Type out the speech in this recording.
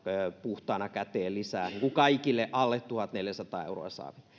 puhtaana käteen lisää niin kuin kaikille alle tuhatneljäsataa euroa